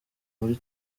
muri